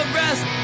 rest